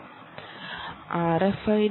slide സമയം 0025 30 കാണുക R